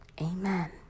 amen